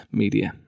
media